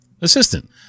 Assistant